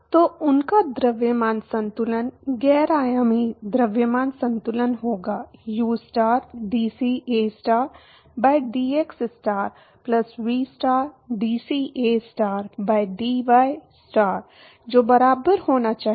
तो उनका द्रव्यमान संतुलन गैर आयामी द्रव्यमान संतुलन होगा ustar dCAstar by dxstar plus vstar dCAstar by dystar जो बराबर होना चाहिए